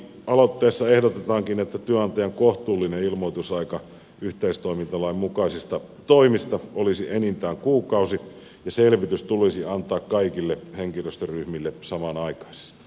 lakialoitteessa ehdotetaankin että työnantajan kohtuullinen ilmoitusaika yhteistoimintalain mukaisista toimista olisi enintään kuukausi ja selvitys tulisi antaa kaikille henkilöstöryhmille samanaikaisesti